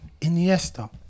Iniesta